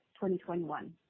2021